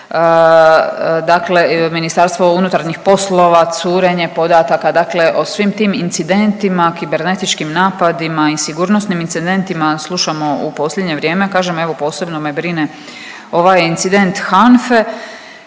imale DDoS napade dakle MUP curenje podataka, dakle o svim tim incidentima, kibernetičkim napadima i sigurnosnim incidentima slušamo u posljednje vrijeme. Kažem evo posebno me brine ovaj incident HANFA-e